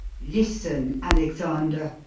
listen, alexander!